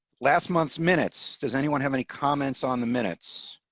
last month minutes. does anyone have any comments on the minutes.